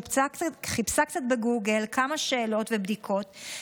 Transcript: חיפשה קצת בגוגל כמה שאלות ובדיקות,